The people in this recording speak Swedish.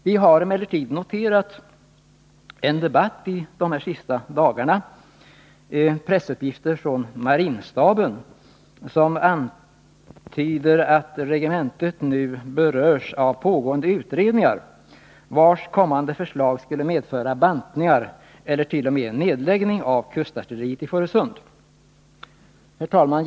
Vi har emellertid noterat en debatt under de senaste dagarna med anledning av vissa pressuppgifter från marinstaben som antyder att regementet nu berörs av pågående utredningar vilkas kommande förslag skulle medföra bantningar eller t.o.m. nedläggning av kustartilleriet i Fårösund. Herr talman!